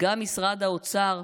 גם משרד האוצר,